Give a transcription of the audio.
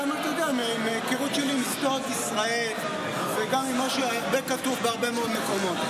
גם מההיכרות שלי עם היסטוריית ישראל וגם עם מה שכתוב בהרבה מאוד מקומות,